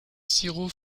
sirop